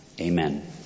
Amen